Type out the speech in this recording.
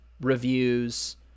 reviews